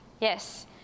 Yes